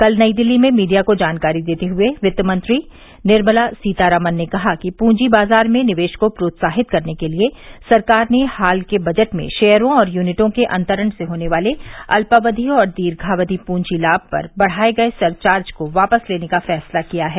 कल नई दिल्ली में मीडिया को जानकारी देते हुए वित्त मंत्री निर्मला सीतारामन ने कहा कि पूंजी बाजार में निवेश को प्रोत्साहित करने के लिए सरकार ने हाल के बजट में शेयरों और यूनिटों के अंतरण से होने वाले अल्पावधि और दीर्घावधि पूंजी लाम पर बढ़ाए गए सरचार्ज को वापस लेने का फैसला किया है